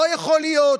לא יכול להיות,